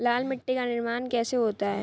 लाल मिट्टी का निर्माण कैसे होता है?